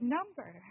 number